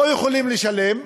לא יכולים לשלם,